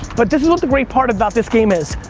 but this is what the great part about this game is,